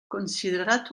considerat